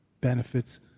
benefits